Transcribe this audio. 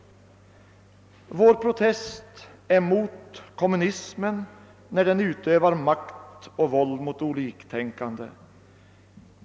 Vår protest är mot kommunismen när den utövar makt och våld mot oliktänkande.